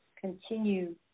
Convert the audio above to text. continue